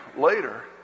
later